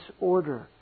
order